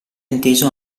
inteso